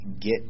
get